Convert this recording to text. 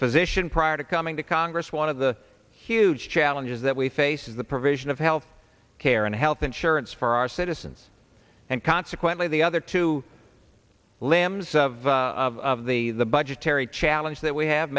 physician prior to coming to congress one of the huge challenges that we face is the provision of health care and health insurance for our citizens and consequently the other two limbs of the the budgetary challenge that we have